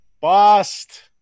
Bust